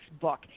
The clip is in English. book